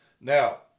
Now